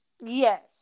Yes